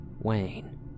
Wayne